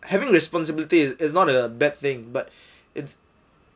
having responsibilities is not a bad thing but it's